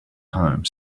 home